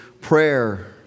prayer